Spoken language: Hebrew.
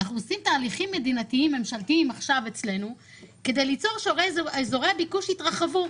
בתהליכים הממשלתיים המטרה היא שאזורי הביקוש יתרחבו.